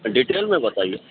detail میں بتائیے